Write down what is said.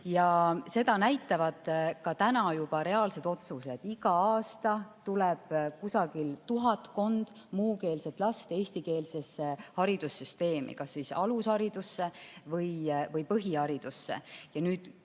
Seda näitavad ka juba reaalsed otsused. Iga aasta tuleb tuhatkond muukeelset last eestikeelsesse haridussüsteemi, kas alusharidusse või põhiharidusse. Küsimus on,